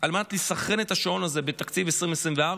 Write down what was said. על מנת לסנכרן את השעון הזה בתקציב 2024,